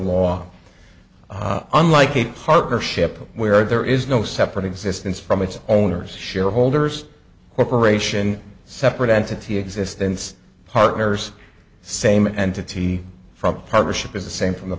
law unlike a partnership where there is no separate existence from its owners shareholders corporation separate entity existence partners same entity from a partnership is the same from the